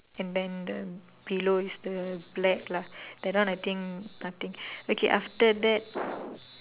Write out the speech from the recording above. and then the below is the black lah that one I think nothing okay after that